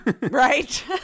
Right